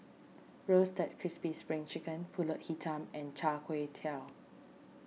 Roasted Crispy Spring Chicken Pulut Hitam and Char Kway Teow